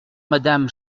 madame